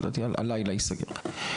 שלדעתי הלילה ייסגר.